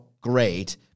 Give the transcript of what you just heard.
great